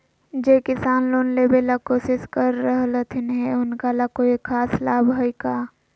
जे किसान लोन लेबे ला कोसिस कर रहलथिन हे उनका ला कोई खास लाभ हइ का?